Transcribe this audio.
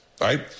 right